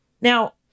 Now